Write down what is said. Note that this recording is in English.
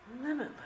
Limitless